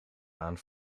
aan